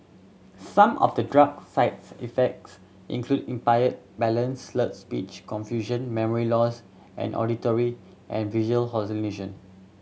some of the drug's side effects include impaired balance slurred speech confusion memory loss and auditory and visual hallucination